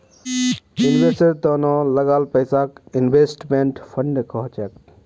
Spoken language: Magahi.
निवेशेर त न लगाल पैसाक इन्वेस्टमेंट फण्ड कह छेक